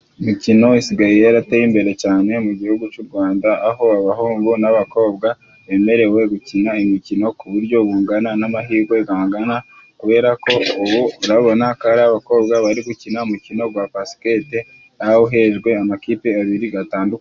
Imikino isigaye yarateye imbere cyane mu gihugu cy'u gwanda aho abahungu n'abakobwa bemerewe gukina imikino ku buryo bungana n'amahirwe gangana kubera ko ubu urabona ko abakobwa bari gukina umukino gwa basikete ntawuhejwe amakipe abiri gatandukanye.